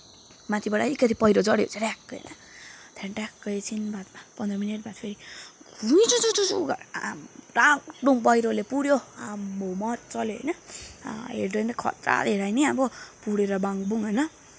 माथिबाट अलिकति पहिरो झर्यो झड्याक्क होइन अनि त्यहाँदेखि ट्याक्क एकछिन बादमा पन्ध्र मिनेटबाद फेरि घुँचुचुचु गरेर आम्मै हो डाङडुङ पहिरोले पुर्यो आम्मै हो मज्जाले होइन हेर्दा नै खत्रा हेराइ नि अब पुरेर बाङबुङ होइन